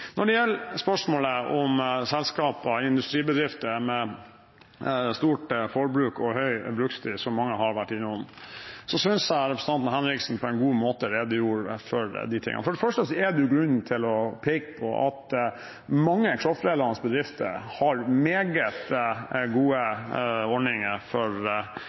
Når det gjelder spørsmålet om selskaper, industribedrifter, med stort forbruk og høy brukstid, som mange har vært innom, synes jeg representanten Henriksen på en god måte redegjorde for de tingene. Det er grunn til å peke på at mange kraftledende bedrifter har meget gode ordninger for